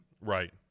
right